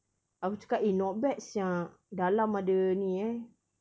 aku cakap eh not bad siak dalam ada ni eh